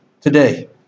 today